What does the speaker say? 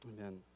Amen